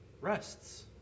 rests